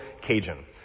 Cajun